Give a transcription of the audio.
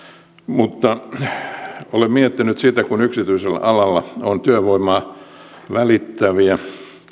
mutta olen miettinyt sitä että kun yksityisellä alalla on työvoimaa välittäviä